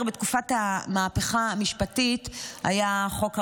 בתקופת המהפכה המשפטית היה חוק הרבנים,